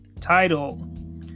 Title